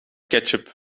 ketchup